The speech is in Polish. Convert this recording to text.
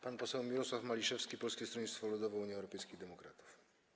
Pan poseł Mirosław Maliszewski, Polskie Stronnictwo Ludowe - Unia Europejskich Demokratów.